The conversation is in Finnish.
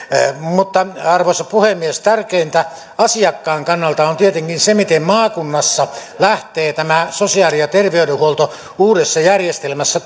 arvoisa puhemies tärkeintä asiakkaan kannalta on tietenkin se miten maakunnassa lähtee tämä sosiaali ja terveydenhuolto uudessa järjestelmässä